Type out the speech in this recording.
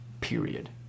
period